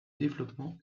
développement